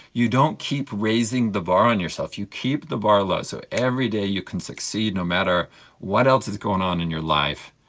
you don't keep raising the bar on yourself, you keep the bar low. so every day you can succeed, no matter what else is going on in your life,